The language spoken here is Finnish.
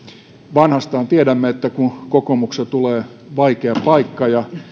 vanhastaan tiedämme että kun kokoomuksessa tulee vaikea paikka ja